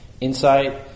Insight